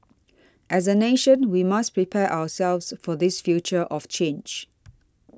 as a nation we must prepare ourselves for this future of change